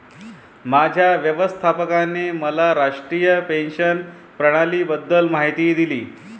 माझ्या व्यवस्थापकाने मला राष्ट्रीय पेन्शन प्रणालीबद्दल माहिती दिली